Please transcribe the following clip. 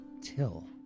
Till